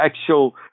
actual